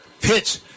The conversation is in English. Pitch